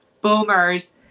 Boomers